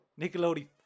Nickelodeon